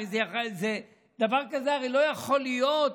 הרי דבר כזה לא יכול להיות.